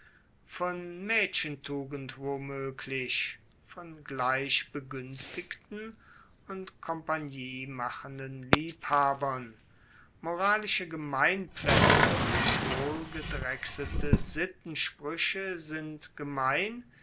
von maedchentugend womoeglich von gleich beguenstigten und kompagnie machenden liebhabern moralische gemeinplaetze und wohl gedrechselte sittensprueche sind gemein